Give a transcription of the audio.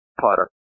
putter